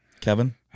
Kevin